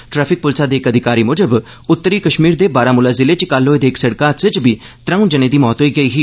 traffic पुलसा दे इक अधिकारी मुजब उत्तरी कश्मीर दे बारामूला जिले च कल होए दे इक सिड़क हादसे च बी त्रौं जने दी मौत होई गेई ही